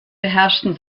beherrschten